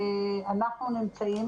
אנחנו נמצאים